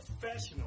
professional